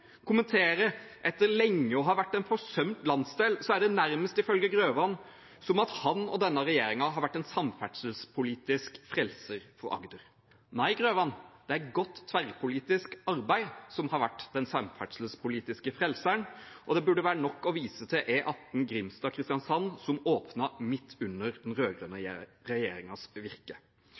kommentere. Etter lenge å ha vært en forsømt landsdel er det nærmest, ifølge Grøvan, som at han og denne regjeringen har vært en samferdselspolitisk frelser for Agder. Nei, Grøvan, det er godt tverrpolitisk arbeid som har vært den samferdselspolitiske frelseren, og det burde være nok å vise til E18 Grimstad–Kristiansand, som åpnet midt under den rød-grønne regjeringens virke.